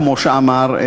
כמו שאמר,